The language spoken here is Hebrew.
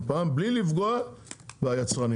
בלי לפגוע ביצרנים.